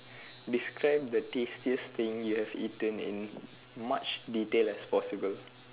describe the tastiest thing you have eaten in much detail as possible